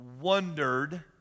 wondered